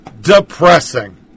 depressing